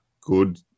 Good